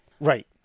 Right